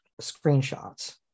screenshots